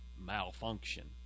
malfunction